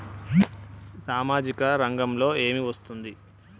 సామాజిక రంగంలో ఏమి వస్తుంది?